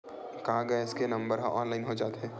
का गैस के नंबर ह ऑनलाइन हो जाथे?